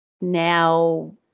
Now